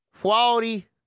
quality